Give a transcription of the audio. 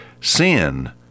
Sin